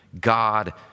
God